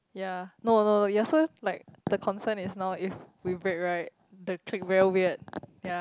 ya no no no ya so like the concern is now if we break right the clique very weird ya